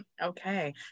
okay